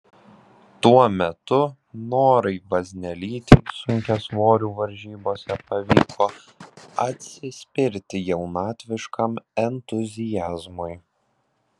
tuo metu norai vaznelytei sunkiasvorių varžybose pavyko atsispirti jaunatviškam entuziazmui